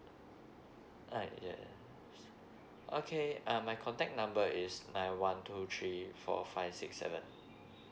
uh yeah okay um my contact number is nine one two three four five six seven